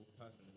person